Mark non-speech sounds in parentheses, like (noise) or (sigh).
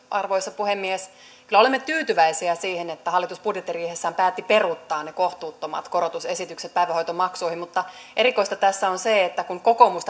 arvoisa puhemies kyllä olemme tyytyväisiä siihen että hallitus budjettiriihessään päätti peruuttaa ne kohtuuttomat päivähoitomaksujen korotusesitykset mutta erikoista tässä on se että kun kokoomus (unintelligible)